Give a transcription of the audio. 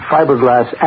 Fiberglass